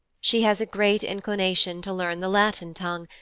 she has a great inclination to learn the latin tongue,